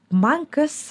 man kas